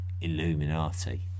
Illuminati